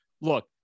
look